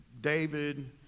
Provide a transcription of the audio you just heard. David